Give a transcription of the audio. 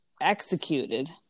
executed